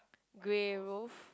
grey roof